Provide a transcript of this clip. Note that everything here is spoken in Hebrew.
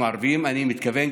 תעזוב,